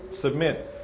submit